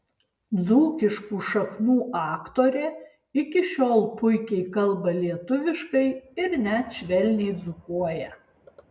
dzūkiškų šaknų aktorė iki šiol puikiai kalba lietuviškai ir net švelniai dzūkuoja